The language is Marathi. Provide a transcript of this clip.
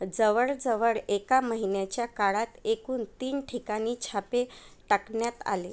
जवळजवळ एका महिन्याच्या काळात एकूण तीन ठिकाणी छापे टाकण्यात आले